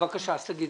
בבקשה, אז תגידו.